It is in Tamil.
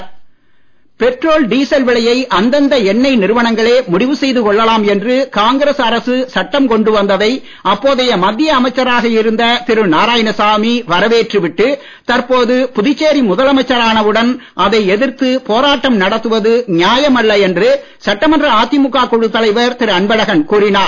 அன்பழகன் பெட்ரோல் டீசல் விலையை அந்தந்த எண்ணெய் நிறுவனங்களே முடிவு செய்து கொள்ளலாம் என்று காங்கிரஸ் அரசு சட்டம் கொண்டு வந்ததை அப்போதைய மத்திய அமைச்சராக இருந்த திரு நாராயணசாமி வரவேற்று விட்டு தற்போது புதுச்சேரி முதலமைச்சரானவுடன் அதை எதிர்த்து போராட்டம் நடத்துவது நியாயமல்ல என்று சட்டமன்ற அதிமுக குழுத் தலைவர் திரு அன்பழகன் கூறினார்